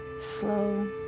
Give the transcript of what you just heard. slow